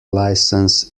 licence